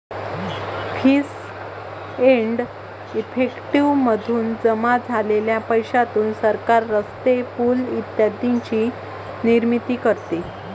fees and effective मधून जमा झालेल्या पैशातून सरकार रस्ते, पूल इत्यादींची निर्मिती करते